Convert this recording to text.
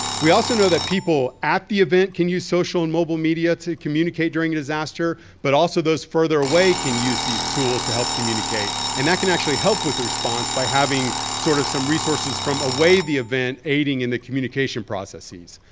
we also know that people at the event can use social and mobile media to communicate during a disaster but also those further away can use these tools to help communicate. and that can actually help with the response by having sort of some resources from a way the event aiding in the communication processes.